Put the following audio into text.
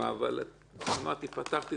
אבל פתחתי את זה לכבודך.